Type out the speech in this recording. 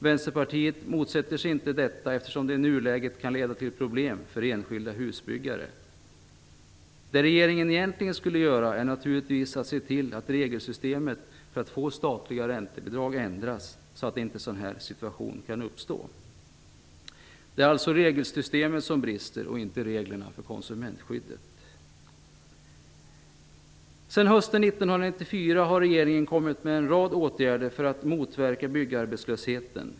Vänsterpartiet motsätter sig inte detta, eftersom det i nuläget annars kan leda till problem för enskilda husbyggare. Vad regeringen egentligen skulle göra är naturligtvis att se till att regelsystemet för de statliga räntebidragen ändras så att sådana här situationer inte kan uppstå. Det är alltså regelsystemet som brister, och inte reglerna för konsumentskyddet. Sedan hösten 1994 har regeringen kommit med en rad åtgärder för att motverka byggarbetslösheten.